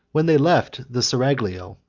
when they left the seraglio,